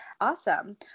awesome